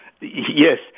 yes